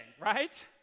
right